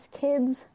kids